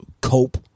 Cope